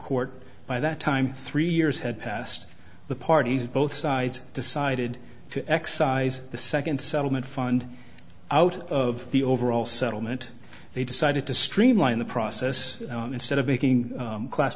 court by that time three years had passed the parties both sides decided to excise the second settlement fund out of the overall settlement they decided to streamline the process instead of making class